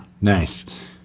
nice